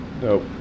Nope